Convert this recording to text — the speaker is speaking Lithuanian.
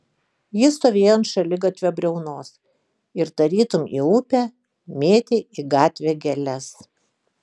jis stovėjo ant šaligatvio briaunos ir tarytum į upę mėtė į gatvę gėles